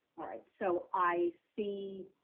alright, so i see